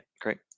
great